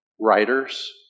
writers